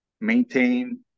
maintain